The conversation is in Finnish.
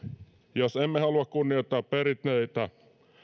jos emme halua kunnioittaa perinteitä